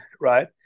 right